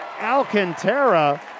Alcantara